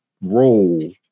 role